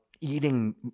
eating